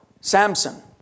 Samson